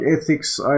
ethics